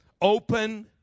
Open